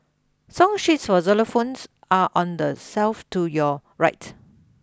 song sheets for xylophones are on the shelf to your right